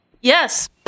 Yes